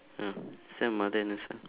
uh is there a mother and a son